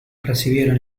recibieron